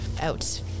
out